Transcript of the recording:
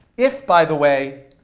if, by the way,